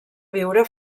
viure